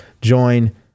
join